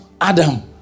Adam